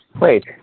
Wait